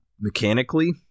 Mechanically